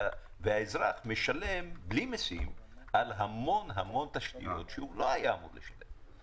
והאזרח משלם בלי משים על המון תשתיות שהוא לא היה אמור לשלם עליהן.